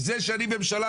זה שאני ממשלה,